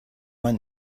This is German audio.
man